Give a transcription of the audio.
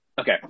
Okay